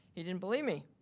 he didn't believe me.